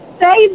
say